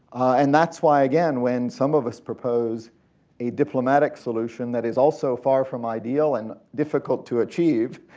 and thats why, again, when some of us propose a diplomatic solution that is also far from ideal and difficult to achieve,